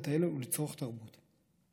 לטייל ולצרוך תרבות.